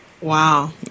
Wow